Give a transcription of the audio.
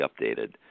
updated